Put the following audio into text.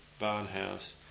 Barnhouse